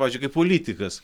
pavyzdžiui kai politikas